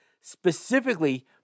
specifically